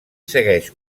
segueix